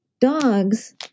dogs